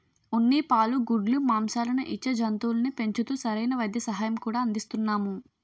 ఉన్ని, పాలు, గుడ్లు, మాంససాలను ఇచ్చే జంతువుల్ని పెంచుతూ సరైన వైద్య సహాయం కూడా అందిస్తున్నాము